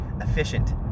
efficient